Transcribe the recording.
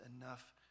enough